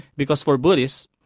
because for buddhists,